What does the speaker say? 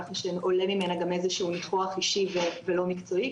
ככה שעולה ממנה גם איזה שהוא ניחוח אישי ולא מקצועי,